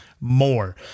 more